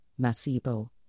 Masibo